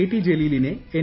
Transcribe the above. T ജലീലിനെ N